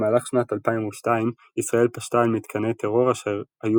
במהלך שנת 2002 ישראל פשטה על מתקני טרור אשר היו